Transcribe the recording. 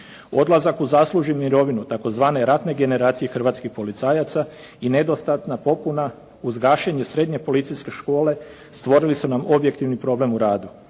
Odlazak u zasluženu mirovinu tzv. ratne generacije hrvatskih policajaca i nedostatna popuna uz gašenje Srednje policijske škole stvorili su nam objektivni problem u radu.